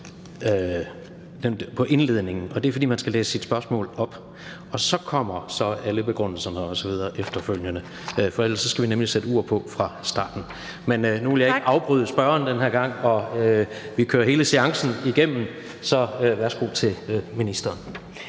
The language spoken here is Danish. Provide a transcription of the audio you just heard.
på indledningen. Det er, fordi man skal læse sit spørgsmål op, og så kommer alle begrundelserne osv. efterfølgende. For ellers skal vi nemlig sætte ur på fra starten. Men nu ville jeg ikke afbryde spørgeren den her gang, og vi kører hele seancen igennem. Så værsgo til ministeren.